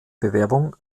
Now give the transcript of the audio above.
bewerbung